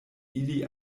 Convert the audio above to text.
ili